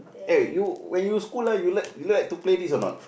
eh you when you school ah you like you like to play this or not